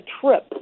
trip